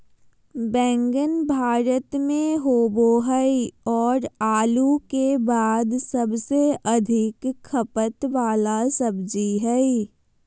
बैंगन भारत में होबो हइ और आलू के बाद सबसे अधिक खपत वाला सब्जी हइ